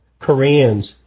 Koreans